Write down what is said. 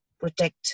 protect